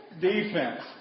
defense